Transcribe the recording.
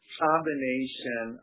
combination